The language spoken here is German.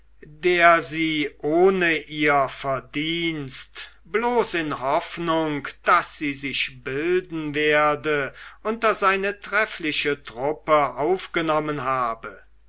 der sie ohne ihr verdienst bloß in hoffnung daß sie sich bilden werde unter seine treffliche truppe aufgenommen habe